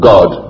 God